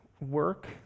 work